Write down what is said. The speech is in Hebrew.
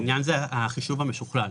העניין הוא החישוב המשוקלל.